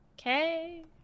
Okay